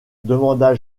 demanda